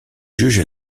juge